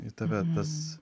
į tave tas